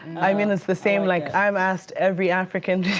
i mean it's the same, like i'm asked every african